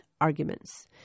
arguments